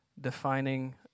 defining